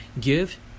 Give